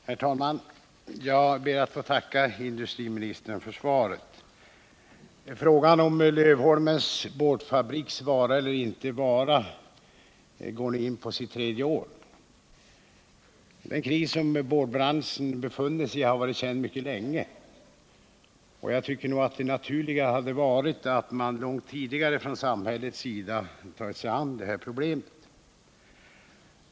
Herr talman! Jag ber att få tacka industriministern för svaret. Frågan om Lövholmens boardfabriks vara eller inte vara går nu in på sitt tredje år. Den kris som boardbranschen befinner sig i har varit känd mycket länge. Det naturliga hade därför varit att man från samhällets sida långt tidigare hade tagit sig an detta problem.